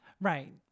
right